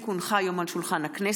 כי הונחה היום על שולחן הכנסת,